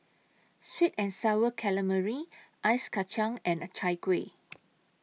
Sweet and Sour Calamari Ice Kacang and Chai Kuih